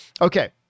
Okay